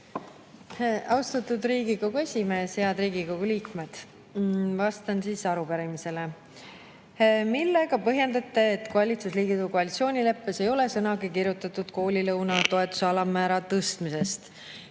Austatud Riigikogu esimees! Head Riigikogu liikmed! Vastan arupärimisele. Millega põhjendate, et valitsusliidu koalitsioonileppes ei ole sõnagi kirjutatud koolilõuna toetuse alammäära tõstmisest?